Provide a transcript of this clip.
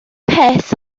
peth